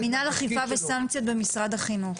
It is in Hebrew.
מנהל אכיפה וסנקציות במשרד החינוך,